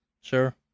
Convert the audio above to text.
Sure